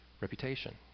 reputation